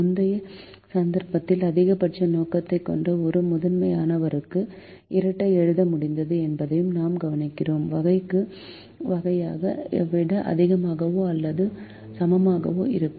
முந்தைய சந்தர்ப்பத்தில் அதிகபட்ச நோக்கத்தைக் கொண்ட ஒரு முதன்மையானவருக்கு இரட்டை எழுத முடிந்தது என்பதையும் நாம் கவனிக்கிறோம் வகைக்கு குறைவாகவோ அல்லது சமமாகவோ மற்றும் அனைத்து மாறிகள் வகையை விட அதிகமாகவோ அல்லது சமமாகவோ இருக்கும்